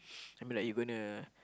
I mean like you're gonna